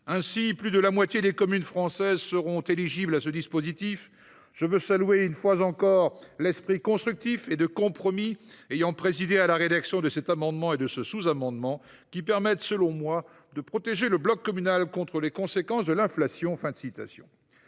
Ainsi, plus de la moitié des communes françaises seront éligibles à ce dispositif. Je veux saluer une fois encore l’esprit constructif et de compromis ayant présidé à la rédaction de cet amendement et de ce sous amendement, qui permettent, selon moi, de protéger le bloc communal contre les conséquences de l’inflation.